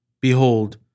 Behold